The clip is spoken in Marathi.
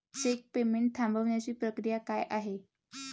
चेक पेमेंट थांबवण्याची प्रक्रिया काय आहे?